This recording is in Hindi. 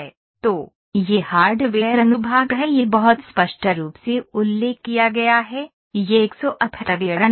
तो यह हार्डवेयर अनुभाग है यह बहुत स्पष्ट रूप से उल्लेख किया गया है यह एक सॉफ्टवेयर अनुभाग है